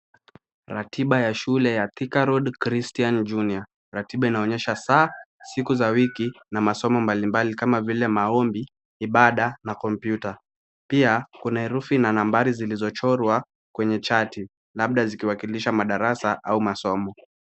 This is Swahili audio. Ratiba ya shule ya Thika Road Christian Junior. Ratiba inaonyesha saa, siku za wiki na masomo mbalimbali kama vile maombi, ibada, na computer . Pia kuna herufi na nambari zilizochorwa kwenye chati, labda zikawakilisha madarasa au masomo.